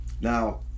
now